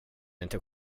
inte